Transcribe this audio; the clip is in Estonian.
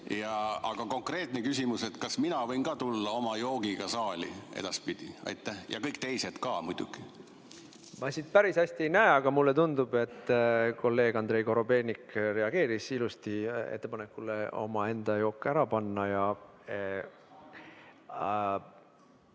Aga konkreetne küsimus, et kas mina võin ka edaspidi tulla oma joogiga saali ja kõik teised ka muidugi? Päris hästi ei näe, aga mulle tundub, et kolleeg Andrei Korobeinik reageeris ilusti ettepanekule oma jook ära panna.